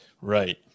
Right